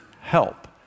help